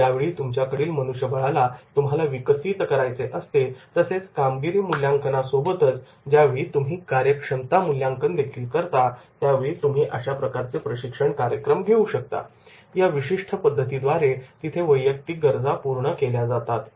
ज्यावेळी तुमच्याकडील मनुष्यबळाला तुम्हाला विकसित करायचे असते तसेच कामगिरी मूल्यांकनसोबतच ज्यावेळी तुम्ही कार्यक्षमता मूल्यांकन देखील करता त्यावेळी तुम्ही अशा प्रकारचे प्रशिक्षण कार्यक्रम घेऊ शकता आणि या विशिष्ट पद्धतीद्वारे तिथे वैयक्तिक गरजा पूर्ण केल्या जातात